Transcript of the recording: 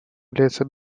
является